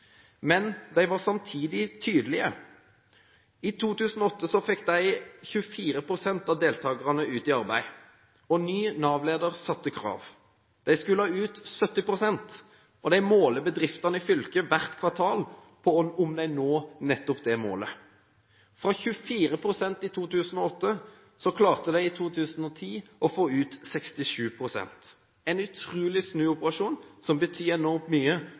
Men de var samtidig tydelige. I 2008 fikk de 24 pst. av deltakerne ut i arbeid, og ny Nav-leder stilte krav. De skulle ha ut 70 pst., og de måler bedriftene i fylket hvert kvartal på om de når nettopp det målet. Fra 24 pst. i 2008 klarte de i 2010 å få ut 67 pst. – en utrolig snuoperasjon som betyr enormt mye